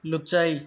ଲୁଚାଇ